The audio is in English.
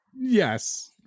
Yes